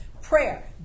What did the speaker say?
prayer